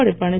Edappadi